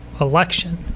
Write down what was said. election